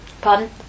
Pardon